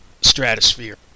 stratosphere